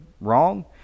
wrong